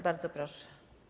Bardzo proszę.